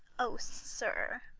o, sir